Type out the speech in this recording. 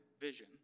vision